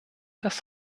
das